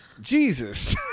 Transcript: Jesus